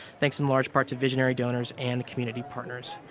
thanks in large part to visionary donors and community partners.